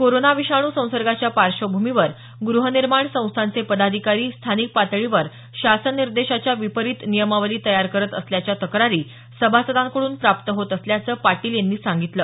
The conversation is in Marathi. कोरोना विषाणू संसर्गाच्या पार्श्वभूमीवर ग्रहनिर्माण संस्थांचे पदाधिकारी स्थानिक पातळीवर शासन निर्देशाच्या विपरीत नियमावली तयार करत असल्याच्या तक्रारी सभासदांकडून प्राप्त होत असल्याचं पाटील यांनी सांगितलं